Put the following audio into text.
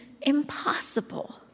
impossible